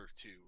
two